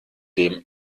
dem